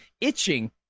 itching